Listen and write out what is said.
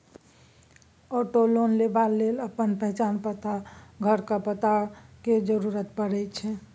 auto loan लेबा लेल अपन पहचान पत्र आ घरक पता केर जरुरत परै छै